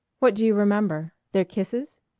what do you remember their kisses?